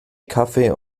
kaffee